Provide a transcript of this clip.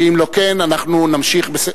שאם לא כן, נמשיך בסדר-היום.